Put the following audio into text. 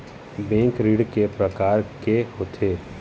Bank ऋण के प्रकार के होथे?